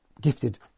gifted